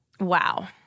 Wow